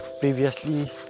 previously